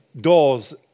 doors